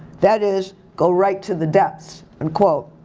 that is, go right to the depths, unquote.